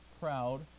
proud